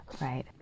Right